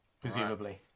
Presumably